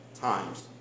times